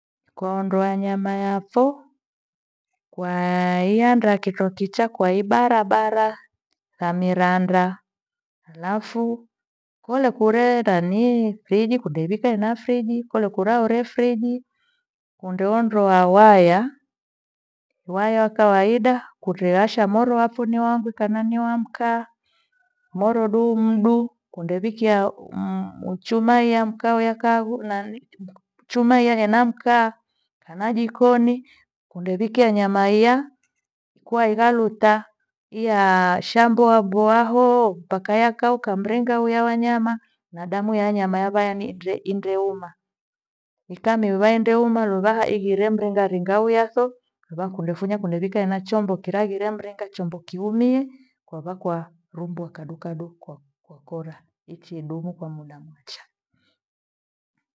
Kwa ondoa nyama yofo kaianda kitho kichaa kimdo kwa ibarabara thamiranda. Halafu kole kuure nanii firiji kundevika ena firiji kole kura ore firiji. Kundeondoa waya, waya wa kawaida kureasha moro wafu ni wangwi kwana ni wa mkaa. Moro dumdu kundevikia mu- muchuchuma ia mkaa wia kahu, mchuma hia ena mkaa kana jikoni kundevikia nyama ia kwaighaluta ia shamboa mbohaoo mpaka yakauka mringa uya wa nyama na damu ya nyama yavayani inde- inde uma ikami waende uma luvaha ighire mringa ringa huyathoo rua kundefunya kunika ena chombo. Kira kila aghire mringa chombo kiumie kwavakwa rumbwa wa kadu kadu kwakora ichidumu kwa muda mwecha